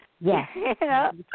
Yes